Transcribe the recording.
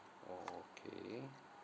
oh okay